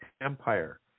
empire